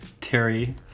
Terry